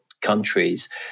countries